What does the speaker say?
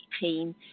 team